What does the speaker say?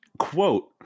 Quote